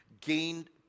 gained